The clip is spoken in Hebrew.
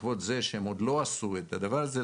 בעקבות זה שהם עוד לא עשו את הדבר הזה,